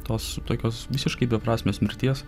tos tokios visiškai beprasmės mirties